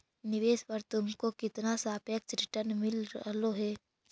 निवेश पर तुमको कितना सापेक्ष रिटर्न मिल रहलो हे